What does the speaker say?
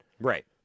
Right